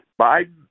Biden